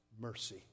mercy